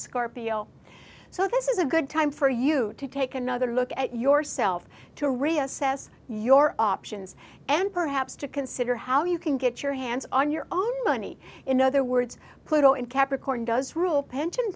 scorpio so this is a good time for you to take another look at yourself to reassess your options and perhaps to consider how you can get your hands on your own money in other words pluto in capricorn does rule pension